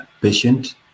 patient